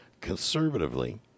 conservatively